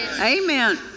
Amen